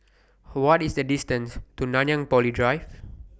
What IS The distance to Nanyang Poly Drive